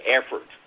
effort